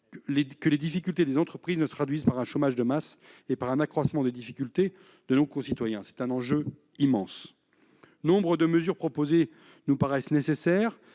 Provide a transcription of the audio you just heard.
que les difficultés des entreprises ne se traduisent par un chômage de masse et par un accroissement des difficultés de nos concitoyens. C'est un enjeu immense. Nombre de mesures proposées nous paraissent nécessaires,